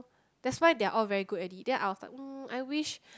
that's why they are all very good at it then I was like um I wish